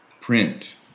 print